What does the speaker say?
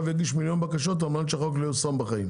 יגישו מיליון בקשות על מנת שהחוק לא יישום בחיים,